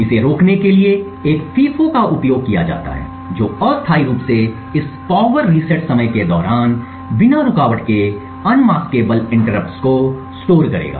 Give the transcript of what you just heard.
इसे रोकने के लिए एक FIFO का उपयोग किया जा सकता है जो अस्थायी रूप से इस पावर रीसेट समय के दौरान बिना रुकावट के अनमास्क इंटरप्ट को स्टोर करेगा